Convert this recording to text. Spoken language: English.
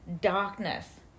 darkness